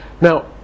Now